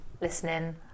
listening